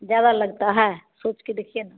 ज़्यादा लगता है सोच के देखिए ना